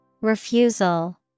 Refusal